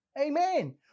Amen